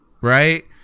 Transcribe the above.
right